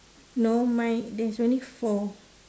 no mine there is only four